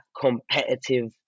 competitive